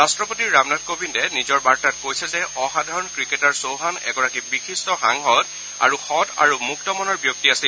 ৰট্টপতি ৰামনাথ কোৱিন্দে নিজৰ বাৰ্তাত কৈছে যে অসাধাৰণ ক্ৰিকেটাৰ চৌহান এগৰাকী বিশিষ্ট সাংসদ আৰু সং আৰু মুক্ত মনৰ ব্যক্তি আছিল